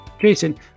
Jason